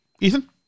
Ethan